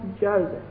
Joseph